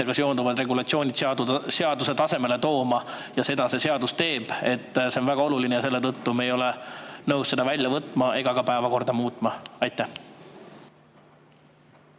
e‑valimistega seonduvad regulatsioonid seaduse tasemele tooma, ja seda see seadus teeb. See on väga oluline ja selle tõttu me ei ole nõus seda välja võtma ega ka päevakorda muutma. Aitäh,